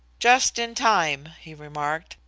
just in time, he remarked.